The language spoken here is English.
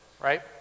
Right